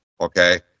okay